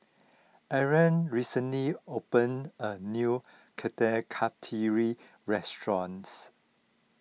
Oren recently opened a new Kuih Kasturi restaurants